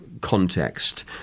Context